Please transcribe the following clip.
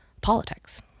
politics